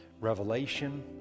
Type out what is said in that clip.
revelation